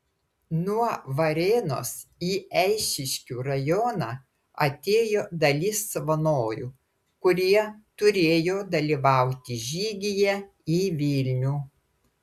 nuo varėnos į eišiškių rajoną atėjo dalis savanorių kurie turėjo dalyvauti žygyje į vilnių